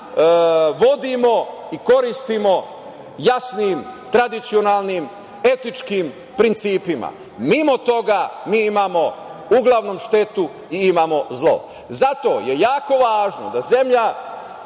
vodimo i koristimo jasnim, tradicionalnim, etičkim principima. Mimo toga mi imamo uglavnom štetu i imamo zlo. Zato je jako važno da zemlja